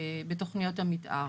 בתוכניות המתאר.